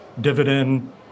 dividend